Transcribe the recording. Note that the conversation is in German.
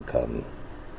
kann